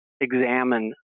examine